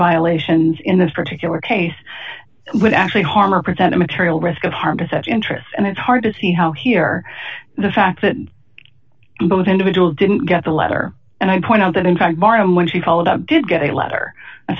violations in this particular case would actually harm or present a material risk of harm to such interests and it's hard to see how here the fact that both individuals didn't get the letter and i point out that in fact martin when she followed up did get a letter